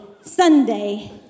Sunday